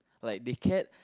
like they cared